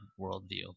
worldview